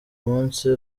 munsi